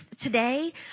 today